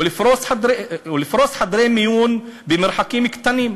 או לפרוס חדרי מיון במרחקים קטנים.